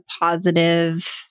positive